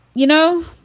you know,